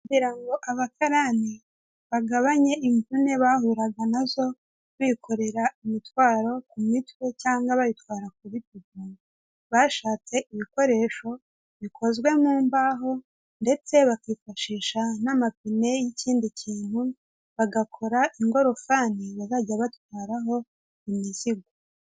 Kugira ngo abakarani bagabanye imvune bahuraga nazo bikorera imitwaro ku mitwe cyangwa bayitwara ku bitugu, bashatse ibikoresho bikozwe mu mbaho ndetse bakifashisha n'amapine y'ikindi kintu bagakora ingororofani bazajya batwaraho imizigo.